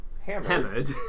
Hammered